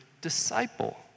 disciple